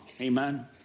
Amen